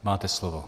Máte slovo.